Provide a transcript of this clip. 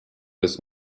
des